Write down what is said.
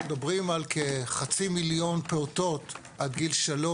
מדברים על כחצי מיליון פעוטות עד גיל 3,